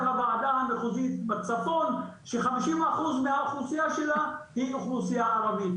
הוועדה המחוזית בצפון ש-50% מהאוכלוסייה שלה היא אוכלוסייה ערבית.